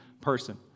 person